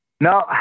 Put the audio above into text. No